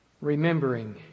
Remembering